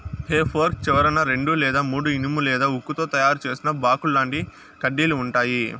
హె fork చివరన రెండు లేదా మూడు ఇనుము లేదా ఉక్కుతో తయారు చేసిన బాకుల్లాంటి కడ్డీలు ఉంటాయి